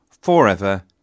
forever